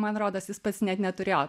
man rodos jis pats net neturėjo